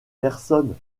personne